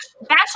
Bachelor